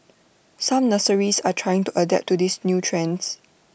some nurseries are trying to adapt to these new trends